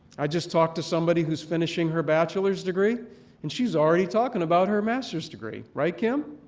i just talked to somebody who is finishing her bachelor's degree and she's already talking about her master's degree. right, kim?